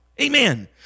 Amen